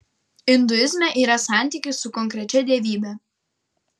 induizme yra santykis su konkrečia dievybe